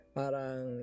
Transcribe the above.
parang